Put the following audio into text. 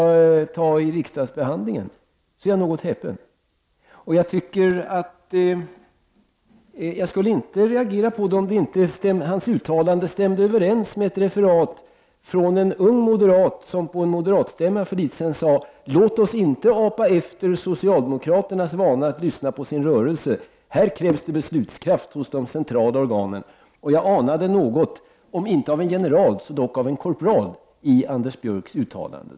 Han slår fast det fullkomligt självklara att riksdagen beslutar i dessa frågor. Det gör riksdagen. Om han därmed menar att det skulle vara förbjudet för partikongresser att diskutera partiets ställningstagande i riksdagsbehandlingen, gör det mig något häpen. Jag skulle inte reagera på det sättet om det inte var så att hans uttalande stämde överens med ett referat från en ung moderat, som på en moderatstämma för litet sedan sade: Låt oss inte apa efter socialdemokraternas vana att lyssna på sin rörelse. Här krävs det beslutskraft hos de centrala organen. Jag anade något av, om inte en general så dock en korprali Anders Björcks uttalande.